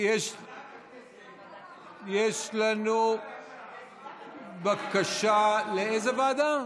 יש לנו בקשה לאיזו ועדה?